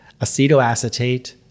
acetoacetate